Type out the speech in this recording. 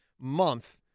month